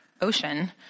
ocean